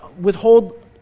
withhold